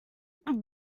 when